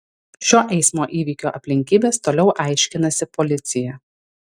šio eismo įvykio aplinkybes toliau aiškinasi policija